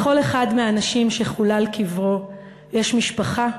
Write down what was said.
לכל אחד מהאנשים שחולל קברו יש משפחה,